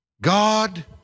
God